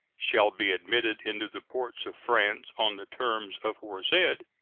shall be admitted into the ports of france on the terms aforesaid,